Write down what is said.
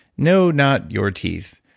no, not your teeth,